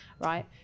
right